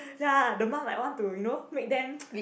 ya the mum like want to you know make them